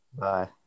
Bye